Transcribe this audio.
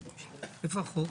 הישיבה.